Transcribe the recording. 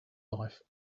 life